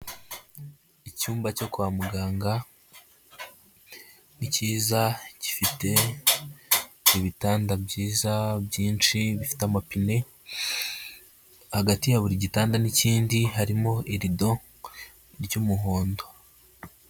Icyumba cyo kwa muganga, ni kiza gifite ibitanda byiza byinshi, bifite amapine, hagati ya buri gitanda n'ikindi, harimo irido, ry'umuhondo.